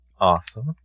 Awesome